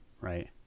right